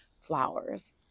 flowers